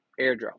airdrop